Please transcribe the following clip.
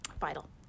Vital